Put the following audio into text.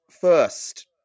first